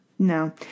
No